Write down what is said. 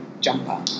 jumper